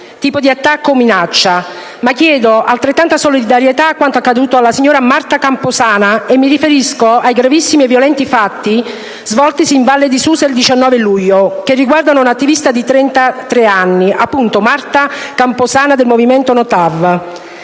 tipo di attacco o minaccia, ma chiedo altrettanta solidarietà in riferimento a quanto accaduto alla signora Marta Camposana. Mi riferisco ai gravissimi e violenti fatti svoltisi in Val di Susa il 19 luglio scorso e che riguardano un'attivista di 33 anni, appunto Marta Camposana, del movimento No